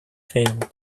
failed